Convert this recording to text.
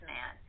Man